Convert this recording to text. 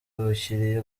abakiriya